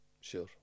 sure